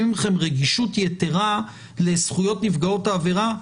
מכם רגישות יתרה לזכויות נפגעות העבירה.